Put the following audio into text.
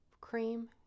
cream